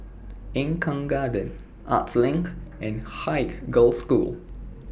Eng Kong Garden Arts LINK and Haig Girls' School